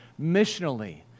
missionally